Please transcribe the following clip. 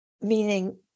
meaning